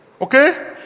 Okay